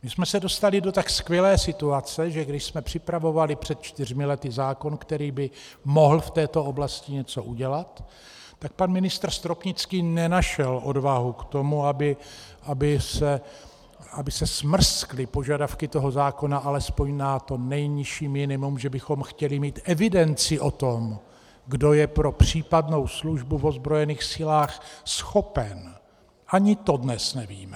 My jsme se dostali do tak skvělé situace, že když jsme připravovali před čtyřmi lety zákon, který by mohl v této oblasti něco udělat, tak pan ministr Stropnický nenašel odvahu k tomu, aby se smrskly požadavky toho zákona alespoň na to nejnižší minimum, že bychom chtěli mít evidenci o tom, kdo je pro případnou službu v ozbrojených silách schopen, a ani to dnes nevíme.